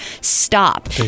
stop